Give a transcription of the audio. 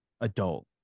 adult